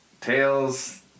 Tails